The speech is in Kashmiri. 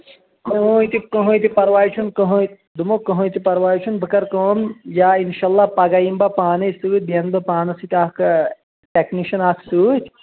کٕہٲنۍ تہِ کٕہٲنۍ تہِ پرواے چُھ نہٕ کٕہٲنۍ دوٚپمو کٕہٲنۍ تہِ پرواے چُھ نہٕ بہٕ کَرٕ کٲم یا انشاءاللہ پگہہ یِمہٕ بہٕ پانے سۭتۍ بیٚیہِ انہٕ بہٕ پانس سۭتۍ اکھ ٹیکنیشن اکھ سۭتۍ